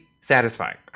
satisfying